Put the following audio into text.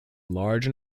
large